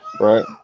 Right